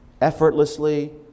effortlessly